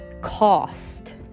cost